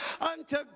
unto